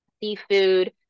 seafood